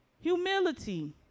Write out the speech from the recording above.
Humility